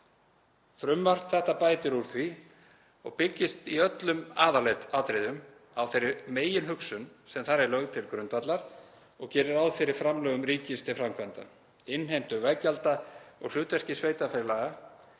Frumvarp þetta bætir úr því og byggist í öllum aðalatriðum á þeirri meginhugsun sem þar er lögð til grundvallar og gerir ráð fyrir framlögum ríkis til framkvæmda, innheimtu veggjalda og hlutverki sveitarfélaga